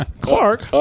Clark